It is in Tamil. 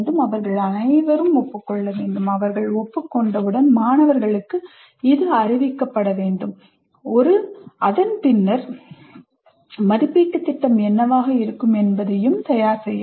அவர்கள் அனைவரும் ஒப்புக் கொள்ள வேண்டும் அவர்கள் ஒப்புக்கொண்டவுடன் மாணவர்களுக்கு அறிவிக்கப்பட வேண்டும் அதன்பின்னர் மதிப்பீட்டுத் திட்டம் என்னவாக இருக்கும் என்பதையும் தயார் செய்ய வேண்டும்